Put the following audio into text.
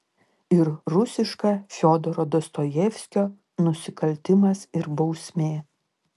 ir rusiška fiodoro dostojevskio nusikaltimas ir bausmė